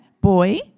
Boy